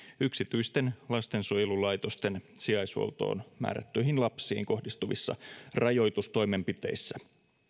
yksityisten lastensuojelulaitosten sijaishuoltoon määrättyihin lapsiin kohdistuvissa rajoitustoimenpiteissä